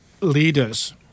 leaders